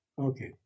okay